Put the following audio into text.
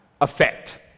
effect